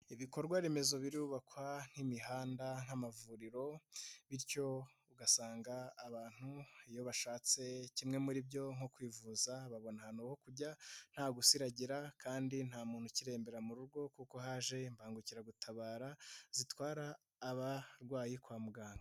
Ibikorwaremezo birubakwa nk'imihanda nk'amavuriro, bityo ugasanga abantu iyo bashatse kimwe muri byo nko kwivuza babona ahantu ho kujya, nta gusiragira kandi nta muntu ukirembera mu rugo kuko haje imbangukiragutabara, zitwara abarwayi kwa muganga.